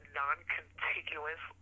non-contiguous